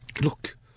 Look